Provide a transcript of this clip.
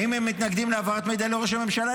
האם הם מתנגדים להעברת מידע לראש הממשלה?